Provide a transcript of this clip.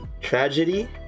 tragedy